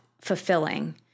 fulfilling